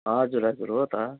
हजुर हजुर हो त